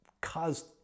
caused